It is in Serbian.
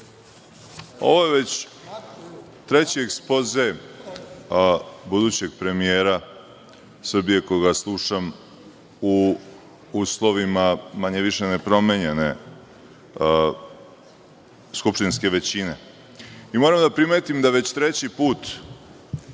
je već treći ekspoze budućeg premijera Srbije koji slušam u uslovima manje-više nepromenjene skupštinske većine. Moram da primetim da već treći put